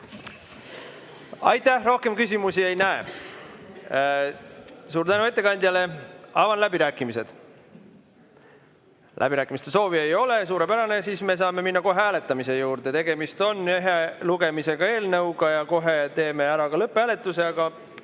Aitäh! Rohkem küsimusi ei näe. Suur tänu ettekandjale! Avan läbirääkimised. Läbirääkimiste soovi ei ole. Suurepärane! Siis me saame minna hääletamise juurde. Tegemist on ühe lugemisega eelnõuga ja kohe teeme ära ka lõpphääletuse, aga